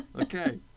Okay